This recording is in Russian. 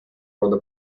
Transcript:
рода